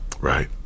Right